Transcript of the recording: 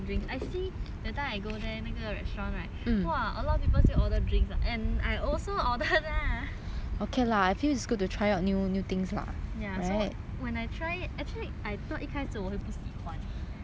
restaurant right !wah! a lot of people still order drinks lah and I also order lah ya so when I try and actually I thought 一开始我会不喜欢 after I try